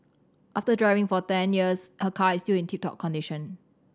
after driving for ten years her car is still in tip top condition